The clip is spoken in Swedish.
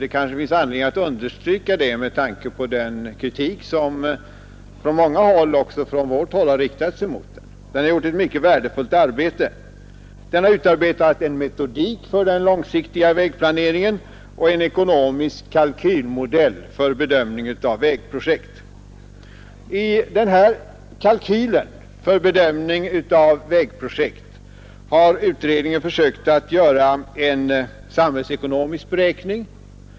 Det kanske finns anledning att understryka det med tanke på den kritik som från många håll, även från vårt håll, har riktats mot den. Den har utarbetat en metodik för den långsiktiga vägplaneringen och en ekonomisk kalkylmodell för bedömning av vägprojekt. I denna kalkylmodell har utredningen försökt göra en samhällsekonomisk beräkning.